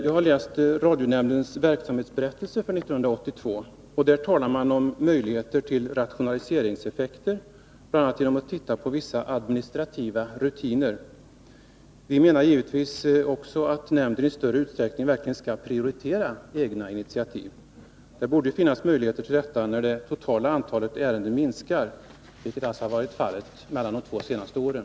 Jag har läst radionämndens verksamhetsberättelse för år 1982. Där talar man om möjligheterna till rationaliseringseffekter genom att bl.a. se över vissa administrativa rutiner. Vi menar givetvis också att nämnden i större utsträckning skall prioritera egna initiativ. Det borde finnas möjligheter till detta när det totala antalet ärenden minskar, vilket alltså varit fallet de två senaste åren.